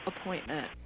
appointment